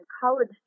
college